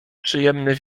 przyjemny